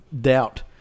doubt